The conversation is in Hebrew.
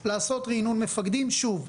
לעשות רענון מפקדים שוב.